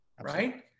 right